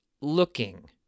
looking